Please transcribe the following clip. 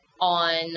on